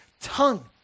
tongue